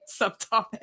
subtopic